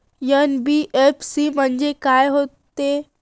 NBFC म्हणजे का होते?